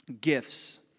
gifts